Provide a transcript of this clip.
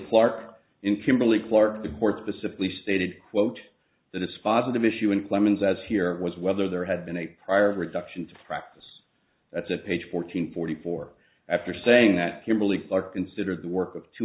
clark the court specifically stated quote the dispositive issue in clemens as here was whether there had been a prior reduction to practice that's a page four hundred forty four after saying that kimberly clark considered the work of two